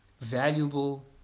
valuable